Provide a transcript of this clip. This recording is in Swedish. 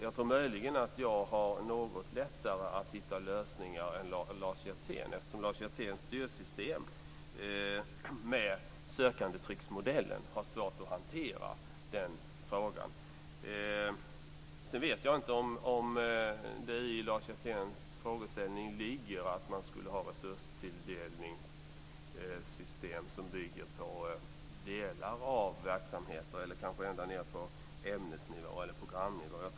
Jag tror möjligen att jag har något lättare att hitta lösningar än Lars Hjertén, eftersom Lars Hjerténs styrsystem med sökandetrycksmodellen har svårt att hantera den frågan. Sedan vet jag inte om det i Lars Hjerténs frågeställning ligger att man skulle ha resurstilldelningssystem som bygger på delar av verksamheter eller kanske ända ned på ämnes eller programnivå.